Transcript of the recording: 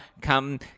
Come